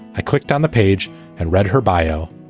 i clicked on the page and read her bio.